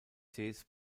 sees